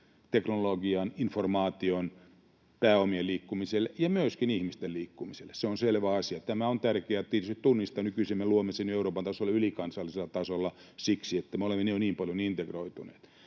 teknologian, informaation ja pääomien liikkumiselle ja myöskin ihmisten liikkumiselle. Se on selvä asia. Tämä on tärkeää, että ihmiset sen tunnistavat. Nykyisin me luomme sen jo Euroopan tasolla, ylikansallisella tasolla siksi, että me olemme jo niin paljon integroituneet.